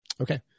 okay